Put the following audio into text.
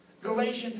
Galatians